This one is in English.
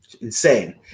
insane